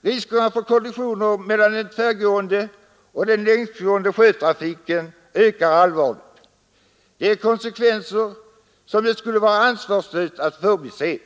Riskerna för kollisioner mellan den tvärgående och den längsgående sjötrafiken ökar allvarligt. Det är konsekvenser som det skulle vara ansvarslöst att förbise.